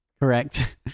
correct